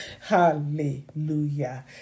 Hallelujah